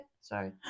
sorry